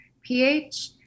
ph